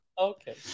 okay